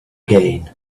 again